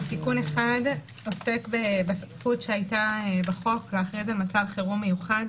תיקון אחד עוסק בסמכות שהיתה בחוק להכריז על מצב חירום מיוחד.